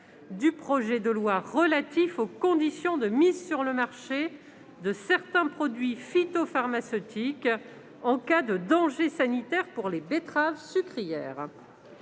du projet de loi relatif aux conditions de mise sur le marché de certains produits phytopharmaceutiques en cas de danger sanitaire pour les betteraves sucrières